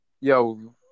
Yo